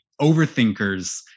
Overthinkers